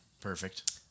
Perfect